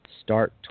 start